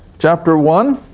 chapter one